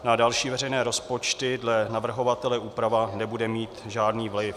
Na další veřejné rozpočty dle navrhovatele úprava nebude mít žádný vliv.